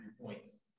points